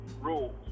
rules